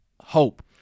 hope